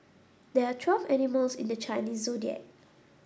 there are twelve animals in the Chinese Zodiac